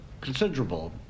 considerable